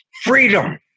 Freedom